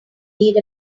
need